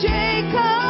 Jacob